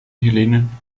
hellenen